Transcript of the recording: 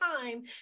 time